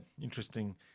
Interesting